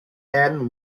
ahn